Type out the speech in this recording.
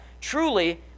truly